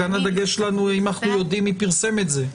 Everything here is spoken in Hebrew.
כאן הדגש שלנו אם אנחנו יודעים מי פרסם את זה.